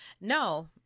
No